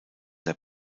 der